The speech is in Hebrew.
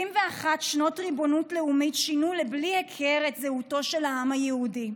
71 שנות ריבונות לאומית שינו לבלי הכר את זהותו של העם היהודי.